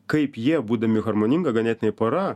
kaip jie būdami harmoninga ganėtinai pora